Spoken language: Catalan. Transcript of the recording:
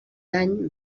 any